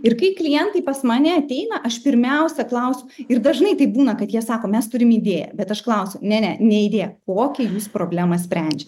ir kai klientai pas mane ateina aš pirmiausia klausiu ir dažnai taip būna kad jie sako mes turim idėją bet aš klausiu ne ne ne idėja kokią jūs problemą sprendžiat